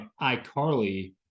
iCarly